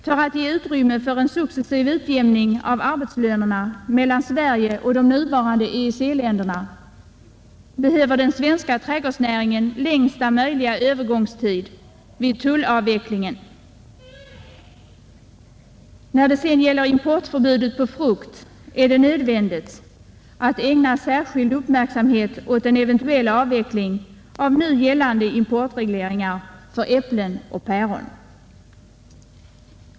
För att ge utrymme åt en successiv utjämning av arbetslönerna mellan Sverige och de nuvarande EEC-länderna behöver den svenska trädgårdsnäringen längsta möjliga övergångstid vid tullavvecklingen. Vad sedan gäller importförbudet för frukt är det nödvändigt att ägna särskild uppmärksamhet åt den eventuella avvecklingen av nu gällande importreglering för äpplen och päron.